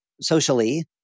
socially